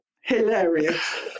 Hilarious